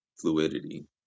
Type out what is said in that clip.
fluidity